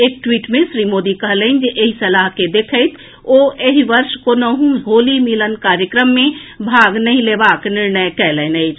एक ट्वीट मे श्री मोदी कहलनि जे एहि सलाह के देखैत ओ एहि वर्ष कोनहूं होली मिलन कार्यक्रम मे भाग नहि लेबाक निर्णय कएलनि अछि